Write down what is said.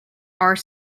are